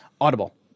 audible